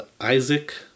Isaac